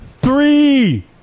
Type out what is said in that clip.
three